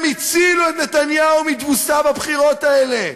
הם הצילו את נתניהו מתבוסה בבחירות האלה.